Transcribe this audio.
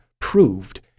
proved